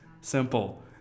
Simple